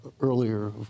earlier